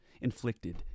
inflicted